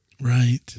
Right